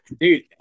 Dude